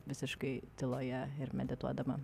visiškai tyloje ir medituodama